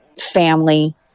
family